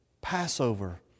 Passover